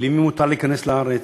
למי מותר להיכנס לארץ,